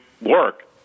work